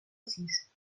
sis